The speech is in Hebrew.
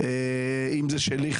אם זה חלילה שלי,